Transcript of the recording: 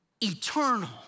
eternal